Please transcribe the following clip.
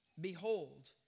Behold